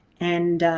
and